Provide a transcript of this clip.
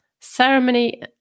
ceremony